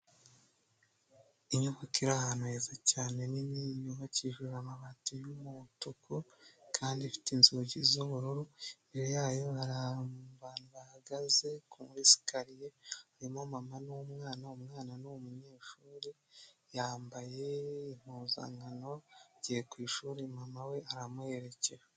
Inyubako iri ahantu heza cyane nini yubakishije amabati y'umutuku kandi ifite inzugi z'ubururu; imbere yayo hari ahantu abantu bahahagaze kuri sikariye; harimo umumama n'umwana; umwana ni umunyeshuri yambaye impuzankano agiye ku ishuri; mama we aramuherekeje.